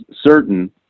certain